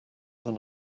than